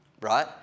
right